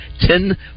ten